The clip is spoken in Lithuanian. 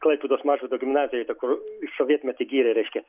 klaipėdos mažvydo gimnazijoj ta kur sovietmetį gyrė reiškia